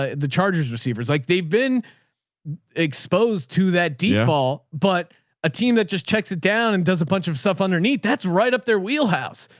ah the chargers receivers, like they've been exposed to that deep ball, but a team that just checks it down and does a bunch of stuff underneath that's right up their wheelhouse.